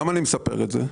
למה אני מספר את זה?